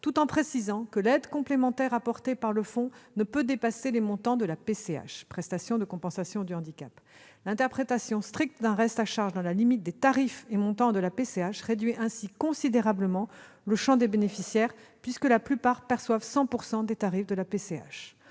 tout en précisant que l'aide complémentaire apportée par le fonds « ne peut dépasser les montants de la PCH ». L'interprétation stricte d'un reste à charge dans la limite « des tarifs et montants » de la PCH réduit ainsi considérablement le champ des bénéficiaires, puisque la plupart perçoivent 100 % des tarifs de la PCH.